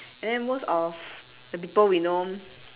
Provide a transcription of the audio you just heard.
and then most of the people we know